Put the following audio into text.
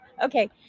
Okay